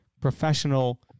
professional